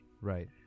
Right